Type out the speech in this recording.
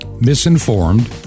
misinformed